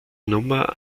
nummer